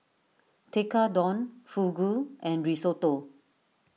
Tekkadon Fugu and Risotto